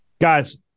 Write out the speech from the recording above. Guys